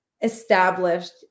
established